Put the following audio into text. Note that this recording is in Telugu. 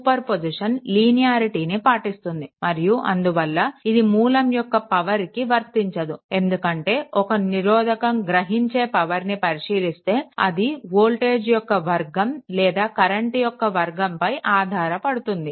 సూపర్ పొజిషన్ లీనియారిటీని పాటిస్తుంది మరియు అందువల్ల ఇది మూలం యొక్క పవర్కి వర్తించదు ఎందుకంటే ఒక నిరోధకం గ్రహించే పవర్ని పరిశీలిస్తే అది వోల్టేజ్ యొక్క వర్గం లేదా కరెంట్ యొక్క వర్గంపై ఆధారపడుతుంది